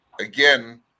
again